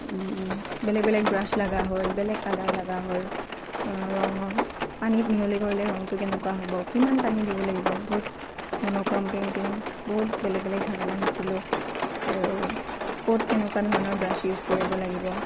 বেলেগ বেলেগ ব্ৰাছ লগা হ'ল বেলেগ কালাৰ লগা হ'ল ৰঙত পানীত মিহলি কৰিলে ৰংটো কেনেকুৱা হ'ব কিমান পানী দিব লাগিব বহুত ম'ন'ক্ৰম পেইণ্টিং বহুত বেলেগ বেলেগ ধৰণৰ শিকিলোঁ আৰু ক'ত কেনেকুৱা ধৰণৰ ব্ৰাছ ইউজ লাগিব